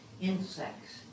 insects